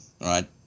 right